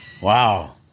Wow